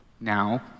now